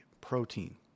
protein